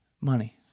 Money